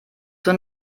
zur